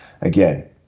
again